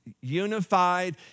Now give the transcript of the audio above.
unified